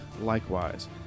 likewise